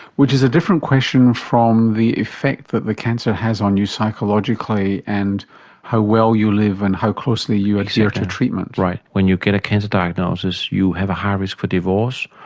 which is a different question from the effect that the cancer has on you psychologically and how well you live and how closely you adhere to treatment. right. when you get a cancer diagnosis you have a higher risk for divorce,